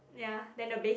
ya the base is